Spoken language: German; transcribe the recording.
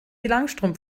langstrumpf